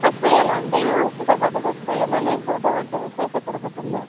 పసుపు వెయ్యాలా అండి ఉప్పుతో పాటు పసుపు వెయ్యాలా లేకపోతే ఒకటి ఉప్పు వేస్తే సరిపోతుందా